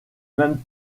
même